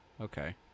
Okay